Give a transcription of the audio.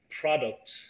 product